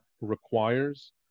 requires